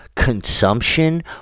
Consumption